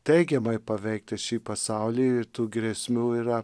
teigiamai paveikti šį pasaulį ir tų grėsmių yra